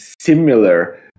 similar